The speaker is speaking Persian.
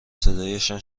صدایشان